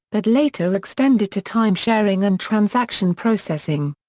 but later extended to timesharing and transaction processing.